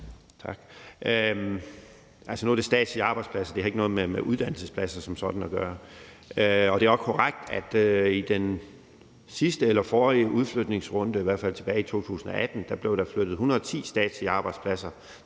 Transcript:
tale om statslige arbejdspladser; det har ikke som sådan noget med uddannelsespladser at gøre. Det er også korrekt, at i den sidste eller forrige udflytningsrunde, i hvert fald tilbage i 2018, blev der flyttet 110 statslige arbejdspladser